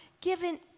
given